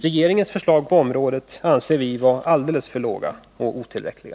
Regeringens förslag på området anser vi vara alldeles otillräckliga.